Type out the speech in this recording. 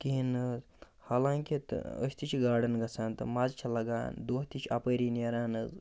کِہیٖنۍ نہٕ حظ حالانٛکہِ تہٕ أسۍ تہِ چھِ گاڈَن گَژھان تہٕ مَزٕ چھِ لَگان دۄہ تہِ چھِ اَپٲری نیران حظ